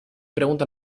pregunta